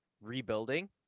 rebuilding